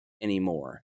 Anymore